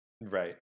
Right